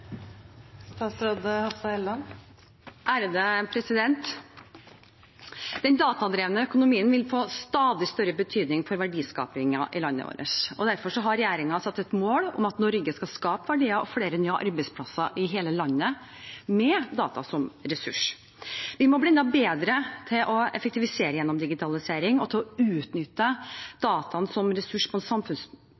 Den datadrevne økonomien vil få stadig større betydning for verdiskapingen i landet vårt. Derfor har regjeringen satt et mål om at Norge skal skape verdier og flere nye arbeidsplasser i hele landet med data som ressurs. Vi må bli enda bedre til å effektivisere gjennom digitalisering og til å utnytte